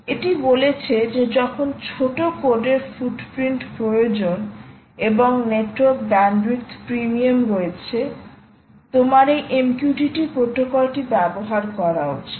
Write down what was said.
এটি বলেছে যে যখন ছোট কোডের ফুটপ্রিন্ট প্রয়োজন এবং নেটওয়ার্ক ব্যান্ডউইথ প্রিমিয়ামে রয়েছে তোমার এই MQTT প্রোটোকলটি ব্যবহার করা উচিত